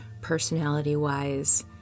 personality-wise